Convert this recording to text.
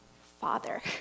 Father